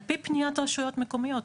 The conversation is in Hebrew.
על פי פניות רשויות מקומיות.